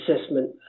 assessment